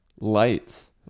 lights